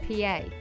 PA